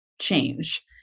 change